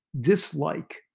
dislike